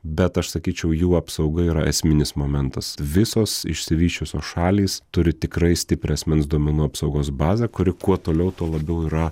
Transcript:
bet aš sakyčiau jų apsauga yra esminis momentas visos išsivysčiusios šalys turi tikrai stiprią asmens duomenų apsaugos bazę kuri kuo toliau tuo labiau yra